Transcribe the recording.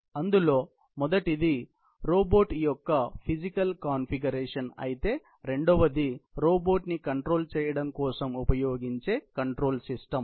అందులో మొదటిది రోబోట్ యొక్క ఫిజికల్ కాన్ఫిగరేషన్ అయితే రెండవది రోబోట్ ని కంట్రోల్ చేయడం కోసం ఉపయోగించే కంట్రోల్ సిస్టం